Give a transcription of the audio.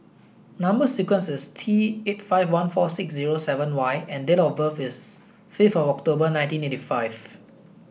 number sequence is T eight five one four six zero seven Y and date of birth is fifth of October nineteen eighty five